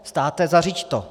Státe, zařiď to.